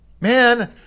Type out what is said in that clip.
man